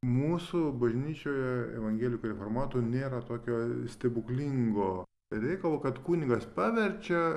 mūsų bažnyčioje evangelikų reformatų nėra tokio stebuklingo reikalo kad kunigas paverčia